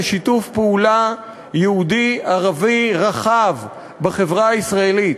זה שיתוף פעולה יהודי-ערבי רחב בחברה הישראלית,